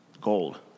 gold